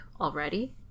already